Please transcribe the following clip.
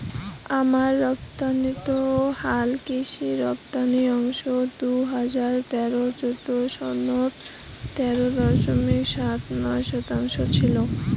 আমান রপ্তানিত হালকৃষি রপ্তানি অংশ দুই হাজার তেরো চৌদ্দ সনত তেরো দশমিক সাত নয় শতাংশ ছিল